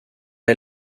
est